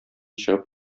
чыгып